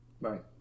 Right